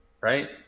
Right